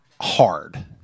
hard